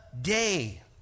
day